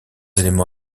éléments